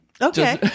Okay